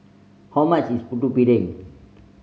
how much is Putu Piring